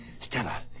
Stella